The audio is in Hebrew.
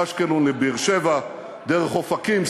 הקמנו קו רכבת שמחבר את אשקלון לבאר-שבע דרך אופקים,